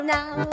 now